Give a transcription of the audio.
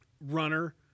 runner